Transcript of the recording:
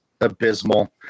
abysmal